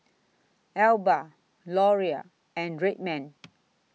Alba Laurier and Red Man